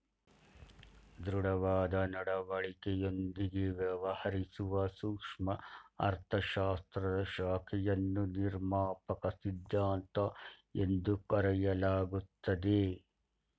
ದೃಢವಾದ ನಡವಳಿಕೆಯೊಂದಿಗೆ ವ್ಯವಹರಿಸುವ ಸೂಕ್ಷ್ಮ ಅರ್ಥಶಾಸ್ತ್ರದ ಶಾಖೆಯನ್ನು ನಿರ್ಮಾಪಕ ಸಿದ್ಧಾಂತ ಎಂದು ಕರೆಯಲಾಗುತ್ತದೆ